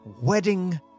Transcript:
Wedding